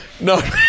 No